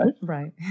Right